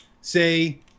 Say